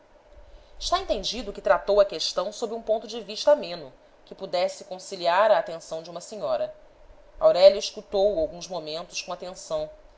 está entendido que tratou a questão sob um ponto de vista ameno que pudesse conciliar a atenção de uma senhora aurélia escutou o alguns momentos com atenção